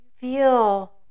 feel